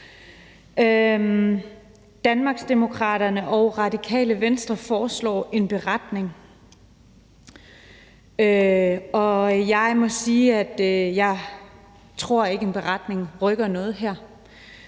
Danmarksdemokraterne og Radikale Venstre foreslår en beretning, og jeg må sige, at jeg ikke tror, at en beretning rykker noget her.